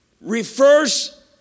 refers